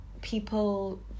people